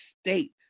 state